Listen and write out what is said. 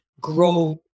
grow